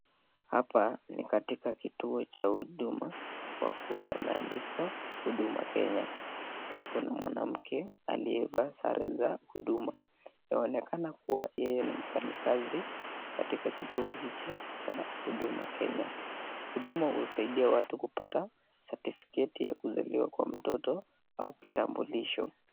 Hapa ni katika kituo cha huduma kwa kuwa yameandikwa Huduma Kenya. Pia kuna mwanamke aliyevaa sare za huduma. Inaonekana kuwa yeye ni mfanyakazi katika kituo hichi cha Huduma Kenya. Huduma husaidia watu kupata certificate ya kuzaliwa kwa mtoto au kitambulisho.